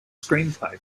screenplay